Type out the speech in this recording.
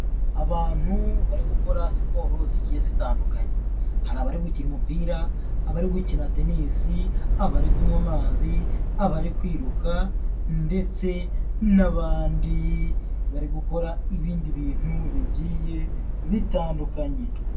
Abantu bari gukora siporo zigiye zitandukanye, hari abari gukina umupira, abari gukina tennis, abari kunywa amazi, abari kwiruka ndetse n'abandi bari gukora ibindi bintu bigiye bitandukanye.